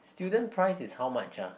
student price is how much ah